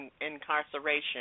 incarceration